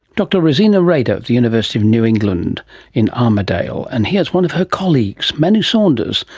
dr romina rader of the university of new england in armidale. and here's one of her colleagues, manu saunders,